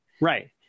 right